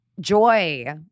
joy